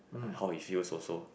and how he feels also